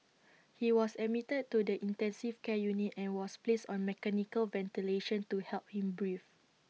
he was admitted to the intensive care unit and was placed on mechanical ventilation to help him breathe